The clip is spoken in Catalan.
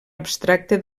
abstracte